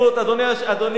אדוני,